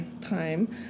time